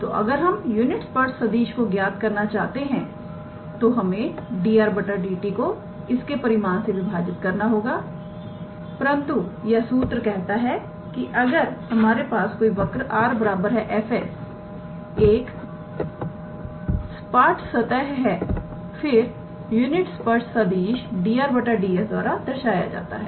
तो अगर हम यूनिट स्पर्श सदिश को ज्ञात करना चाहते हैं तो हमें 𝑑𝑟⃗ 𝑑𝑡 को इसके परिमाण से विभाजित करना होगा परंतु यह सूत्र कहता है कि अगर हमारे पास कोई वर्क 𝑟⃗ 𝑓⃗ एक सपाट सतह है फिर यूनिट स्पर्श सदिश 𝑑𝑟⃗ 𝑑𝑠 द्वारा दर्शाया जाता है